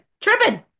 tripping